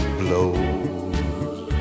blows